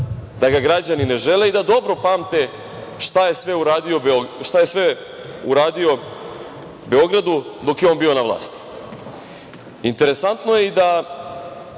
da ga građani ne žele i da dobro pamte šta je sve uradio Beogradu dok je on bio na vlasti. Interesantno je i da